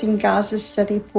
and gaza city,